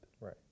Right